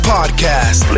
Podcast